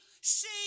see